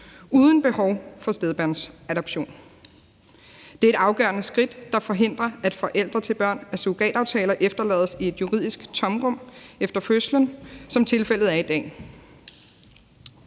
uden behov for spædbørnsadoption. Det er et afgørende skridt, der forhindrer, at forældre til børn af surrogataftaler efterlades i et juridisk tomrum efter fødslsen, som det er tilfældet i dag.